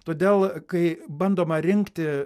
todėl kai bandoma rinkti